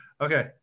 okay